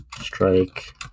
Strike